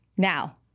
Now